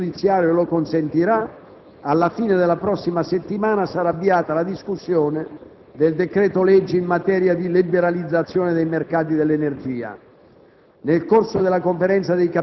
Se l'*iter* dell'ordinamento giudiziario lo consentirà, alla fine della prossima settimana sarà avviata la discussione del decreto-legge in materia di liberalizzazione dei mercati dell'energia.